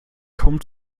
kaum